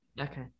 Okay